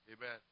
Amen